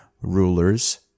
rulers